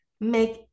Make